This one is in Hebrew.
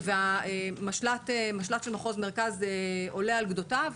ומשל"ט של מחוז המרכז עולה על גדותיו,